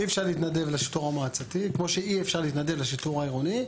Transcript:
אי אפשר להתנדב לשיטור המועצתי כמו שאי אפשר להתנדב לשיטור העירוני.